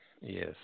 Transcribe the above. yes